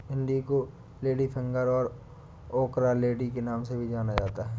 भिन्डी को लेडीफिंगर और ओकरालेडी के नाम से भी जाना जाता है